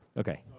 okay.